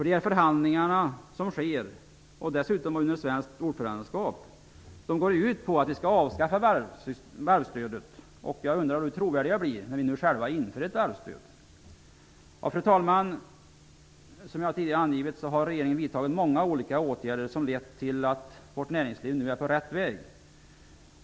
De förhandlingar som sker -- dessutom under svenskt ordförandeskap -- går ut på att vi skall avskaffa varvsstödet. Jag undrar hur trovärdiga vi blir när vi nu själva inför ett varvsstöd. Fru talman! Som jag tidigare har angivit har regeringen vidtagit många olika åtgärder som har lett till att vårt näringsliv nu är på rätt väg.